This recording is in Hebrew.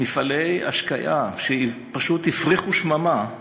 מפעלי השקיה שפשוט הפריחו שממה,